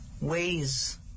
ways